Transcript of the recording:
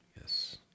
Yes